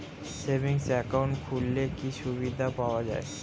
Savings account খুললে কি সুবিধা পাওয়া যায়?